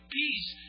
peace